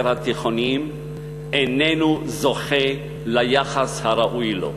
התיכוניים איננו זוכה ליחס הראוי לו.